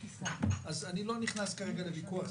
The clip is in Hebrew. אני לא נכנס כרגע לוויכוח,